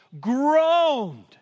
groaned